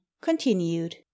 continued